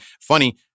Funny